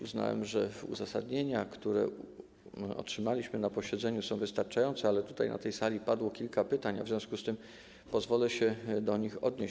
Uznałem, że uzasadnienia, które otrzymaliśmy na posiedzeniu, są wystarczające, ale tutaj, na tej sali, padło kilka pytań, w związku z tym pozwolę sobie do nich się odnieść.